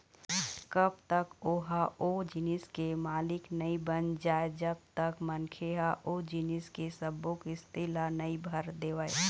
कब तक ओहा ओ जिनिस के मालिक नइ बन जाय जब तक मनखे ह ओ जिनिस के सब्बो किस्ती ल नइ भर देवय